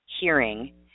hearing